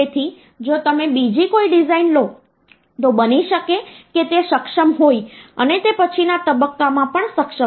તેથી જો તમે બીજી કોઈ ડિઝાઈન લો તો બની શકે કે તે સક્ષમ હોય અને તે પછીના તબક્કામાં પણ સક્ષમ હોય